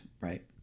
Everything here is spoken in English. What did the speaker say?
right